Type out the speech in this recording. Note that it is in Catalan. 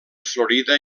florida